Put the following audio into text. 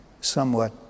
somewhat